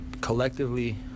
collectively